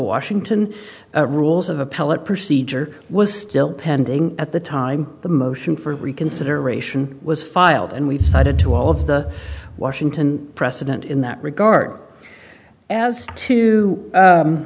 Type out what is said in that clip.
washington rules of appellate procedure was still pending at the time the motion for reconsideration was filed and we've cited to all of the washington precedent in that regard as to